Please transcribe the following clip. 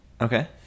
Okay